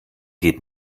geht